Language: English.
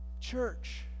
Church